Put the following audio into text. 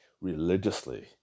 religiously